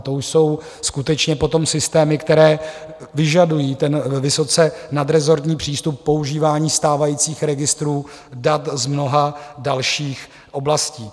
To už jsou skutečně potom systémy, které vyžadují vysoce nadrezortní přístup používání stávajících registrů dat z mnoha dalších oblastí.